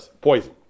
poison